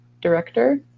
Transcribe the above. director